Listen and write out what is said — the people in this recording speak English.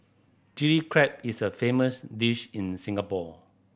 Chilli Crab is a famous dish in Singapore